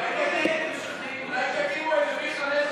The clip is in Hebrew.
איתן ברושי, מיכל בירן,